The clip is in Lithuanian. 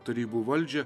tarybų valdžią